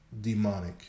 demonic